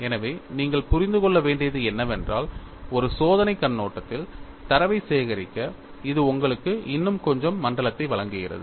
எனவே நீங்கள் புரிந்து கொள்ள வேண்டியது என்னவென்றால் ஒரு சோதனைக் கண்ணோட்டத்தில் தரவைச் சேகரிக்க இது உங்களுக்கு இன்னும் கொஞ்சம் மண்டலத்தை வழங்குகிறது